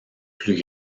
plus